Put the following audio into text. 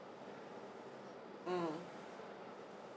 mm